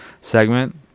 segment